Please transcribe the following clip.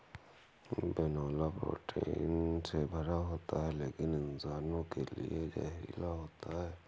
बिनौला प्रोटीन से भरा होता है लेकिन इंसानों के लिए जहरीला होता है